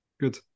Good